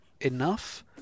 enough